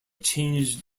changed